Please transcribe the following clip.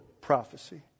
prophecy